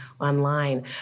online